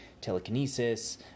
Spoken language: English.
telekinesis